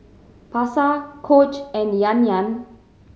Pasar Coach and Yan Yan